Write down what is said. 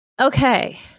Okay